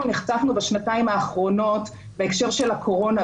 אנחנו נחשפנו בשנתיים האחרונות להקשר של הקורונה,